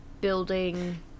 building